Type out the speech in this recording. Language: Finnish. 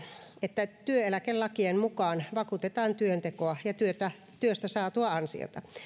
että työeläkelakien mukaan vakuutetaan työntekoa ja työstä saatu ansiota